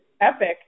epic